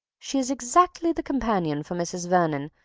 she is exactly the companion for mrs. vernon,